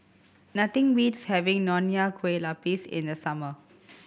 nothing beats having Nonya Kueh Lapis in the summer